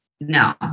no